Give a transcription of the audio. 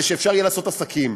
זה שאפשר יהיה לעשות עסקים,